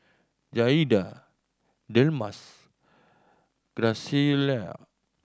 Jaeda Delmas Graciela